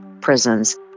prisons